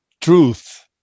truth